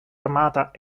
armata